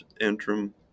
Antrim